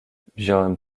wziąłem